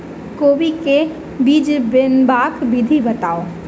कोबी केँ बीज बनेबाक विधि बताऊ?